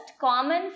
common